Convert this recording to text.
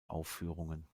aufführungen